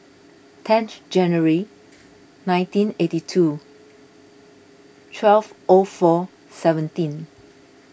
ten January nineteen eighty two twelve O four seventeen